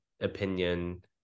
opinion